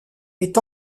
est